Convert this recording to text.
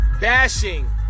bashing